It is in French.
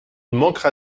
manquera